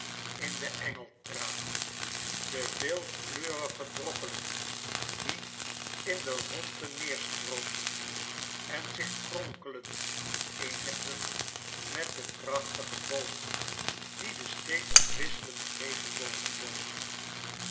in de engeltranen de veelkleurige droppelen die in de rondte neerstroomden en zich kronkelend vereenigden met de prachtige bogen die de steeds afwisselende regenbogen vormden